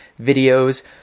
videos